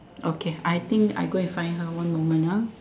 okay I think I go and find her one moment ah